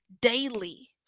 daily